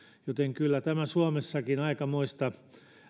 joten kyllä suomessakin aikamoista